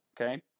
Okay